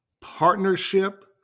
partnership